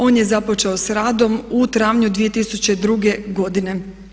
On je započeo sa radom u travnju 2002. godine.